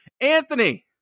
Anthony